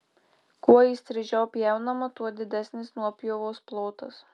kuo įstrižiau pjaunama tuo didesnis nuopjovos plotas